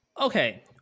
Okay